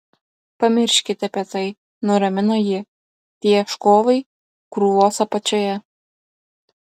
pamirškite apie tai nuramino ji tie ieškovai krūvos apačioje